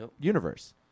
universe